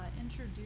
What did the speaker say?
introduce